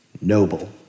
noble